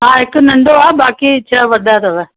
हा हिकु नंढो आहे बाक़ी छह वॾा अथव